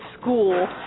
school